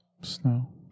snow